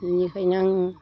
बिनिखायनो आं